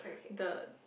the